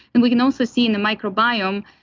and we can also see in the microbiome,